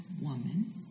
woman